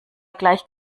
gleich